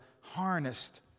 harnessed